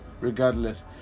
regardless